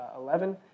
11